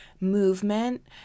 movement